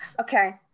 Okay